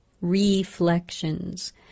reflections